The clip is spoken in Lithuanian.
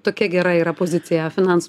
tokia gera yra pozicija finansų